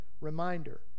reminder